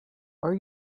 are